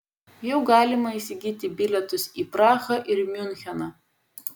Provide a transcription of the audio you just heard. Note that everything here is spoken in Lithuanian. jau galima įsigyti bilietus į prahą ir miuncheną